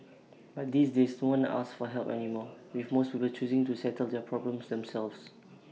but these days no one asks for help anymore with most people choosing to settle their problems themselves